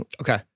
Okay